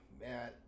man